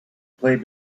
play